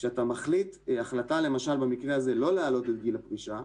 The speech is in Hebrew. כשאתה מחליט החלטה לא להעלות את גיל הפרישה,